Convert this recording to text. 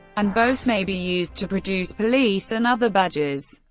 and both may be used to produce police and other badges.